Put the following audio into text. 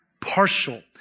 partial